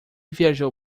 viajou